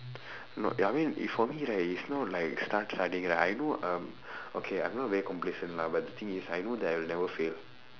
not ya I mean if for me right it's not like start studying like I know um okay I'm not very complacent lah but the thing is I know that I will never fail